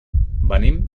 venim